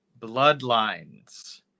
Bloodlines